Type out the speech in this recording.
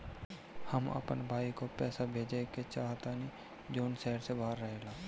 हम अपन भाई को पैसा भेजे के चाहतानी जौन शहर से बाहर रहेला